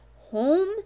home